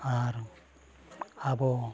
ᱟᱨ ᱟᱵᱚ